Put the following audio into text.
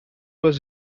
was